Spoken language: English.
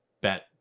Bet